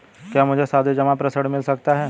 क्या मुझे सावधि जमा पर ऋण मिल सकता है?